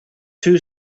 two